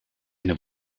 eine